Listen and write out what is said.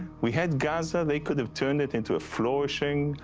we had gaza, they could have turned it into a flourishing,